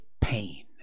pain